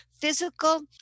physical